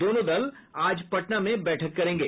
दोनों दल आज पटना में बैठक करेंगे